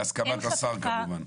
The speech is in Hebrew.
בהסכמת השר כמובן.